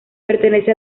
pertenece